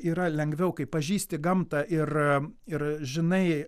yra lengviau kai pažįsti gamtą ir ir žinai